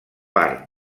part